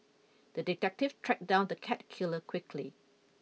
the detective tracked down the cat killer quickly